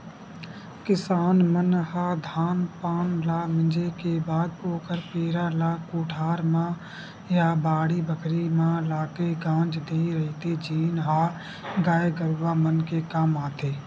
किसान मन ह धान पान ल मिंजे के बाद ओखर पेरा ल कोठार म या बाड़ी बखरी म लाके गांज देय रहिथे जेन ह गाय गरूवा मन के काम आथे